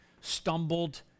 stumbled